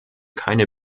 keine